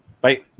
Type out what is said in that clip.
Bye